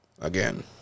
Again